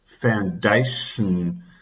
foundation